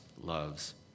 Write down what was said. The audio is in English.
loves